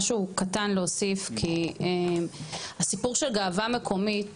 משהו קטן להוסיף כי הסיפור של גאווה מקומית